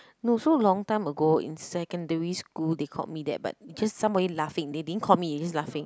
no so long time ago in secondary school they called me that but just some way laughing they didn't call me they just laughing